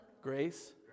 grace